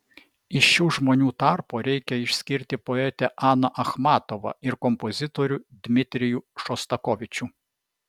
iš šių žmonių tarpo reikia išskirti poetę aną achmatovą ir kompozitorių dmitrijų šostakovičių